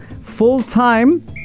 full-time